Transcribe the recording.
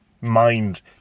mind